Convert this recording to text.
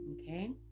okay